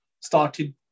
started